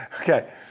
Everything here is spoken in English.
Okay